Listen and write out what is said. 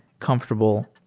comfortable,